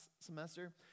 semester